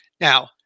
Now